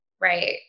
Right